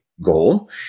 goal